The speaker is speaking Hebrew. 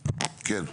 כן.